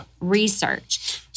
research